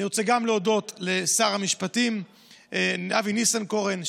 אני רוצה גם להודות לשר המשפטים אבי ניסנקורן,